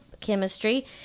chemistry